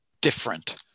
different